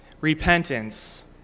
repentance